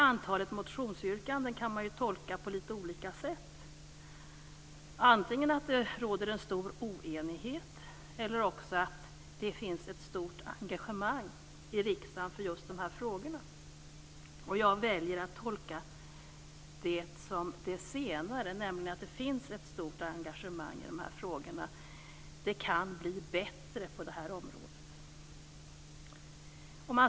Antalet motionsyrkanden kan tolkas på litet olika sätt - antingen att det råder en stor oenighet eller också att det finns ett stort engagemang i riksdagen för just dessa frågor. Jag väljer den senare tolkningen, alltså att det finns ett stort engagemang i dessa frågor. Det kan dock bli bättre på detta område.